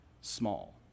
small